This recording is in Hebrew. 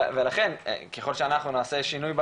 ולכן, ככל שאנחנו נעשה שינוי בהגדרות,